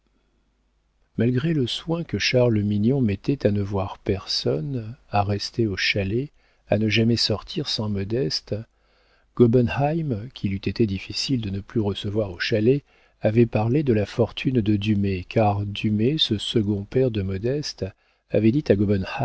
malgré le soin que charles mignon mettait à ne voir personne à rester au chalet à ne jamais sortir sans modeste gobenheim qu'il eût été difficile de ne plus recevoir au chalet avait parlé de la fortune de dumay car dumay ce second père de modeste avait dit à